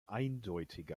eindeutige